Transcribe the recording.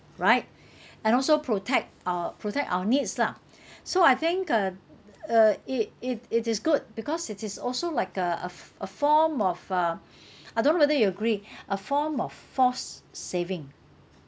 right and also protect uh protect our needs lah so I think uh uh it it it is good because it is also like a a f~ a form of uh I don't know whether you agree a form of forced saving